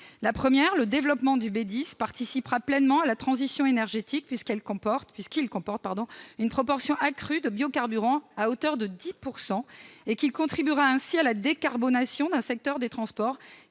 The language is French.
En premier lieu, le développement du B10 participera pleinement à la transition énergétique, puisqu'il comporte une proportion accrue de biocarburants- à hauteur de 10 %. Il contribuera ainsi à la décarbonation du secteur des transports,